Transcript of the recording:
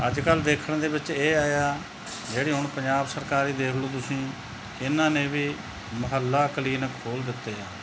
ਅੱਜ ਕੱਲ੍ਹ ਦੇਖਣ ਦੇ ਵਿੱਚ ਇਹ ਆਇਆ ਜਿਹੜੀ ਹੁਣ ਪੰਜਾਬ ਸਰਕਾਰ ਹੀ ਦੇਖ ਲਓ ਤੁਸੀਂ ਇਹਨਾਂ ਨੇ ਵੀ ਮੁਹੱਲਾ ਕਲੀਨਿਕ ਖੋਲ੍ਹ ਦਿੱਤੇ ਆ